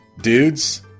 dudes